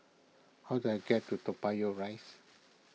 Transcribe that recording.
how do I get to Toa Payoh Rise